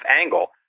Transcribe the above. angle